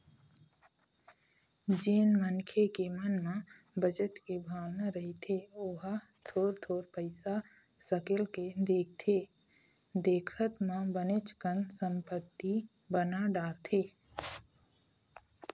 जेन मनखे के मन म बचत के भावना रहिथे ओहा थोर थोर पइसा सकेल के देखथे देखत म बनेच कन संपत्ति बना डारथे